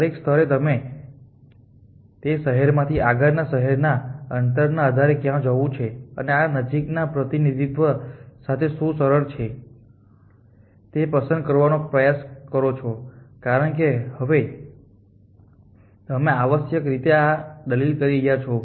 દરેક સ્તરે તમે તે શહેરમાંથી આગળના શહેરના અંતરના આધારે ક્યાં જવું અને આ નજીકના પ્રતિનિધિત્વ સાથે શું કરવું સરળ છે તે પસંદ કરવાનો પ્રયાસ કરો છો કારણ કે હવે તમે આવશ્યકરીતે આ રીતે દલીલ કરી રહ્યા છો